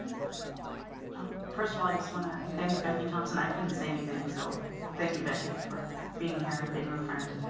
um first of all, i just want to thank becky thompson. i couldn't say anything so thank you, becky, for being here and being our friend.